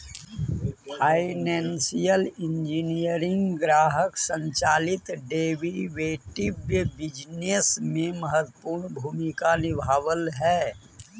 financial engineering ग्राहक संचालित derivative business में महत्वपूर्ण भूमिका निभावऽ हई